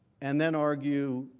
and then argue,